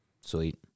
Sweet